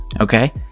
Okay